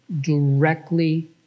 directly